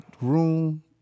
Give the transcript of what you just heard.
room